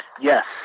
Yes